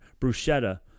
Bruschetta